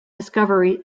discovery